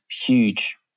huge